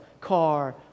car